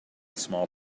small